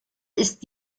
ist